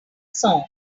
song